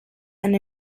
and